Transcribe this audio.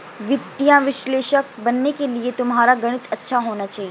वित्तीय विश्लेषक बनने के लिए तुम्हारा गणित अच्छा होना चाहिए